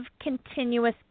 continuous